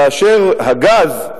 כאשר הגז,